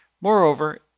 Moreover